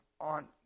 on